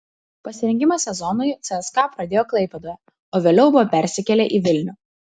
pasirengimą sezonui cska pradėjo klaipėdoje o vėliau buvo persikėlę į vilnių